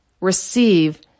receive